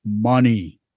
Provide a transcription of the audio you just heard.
money